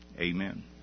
amen